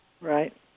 Right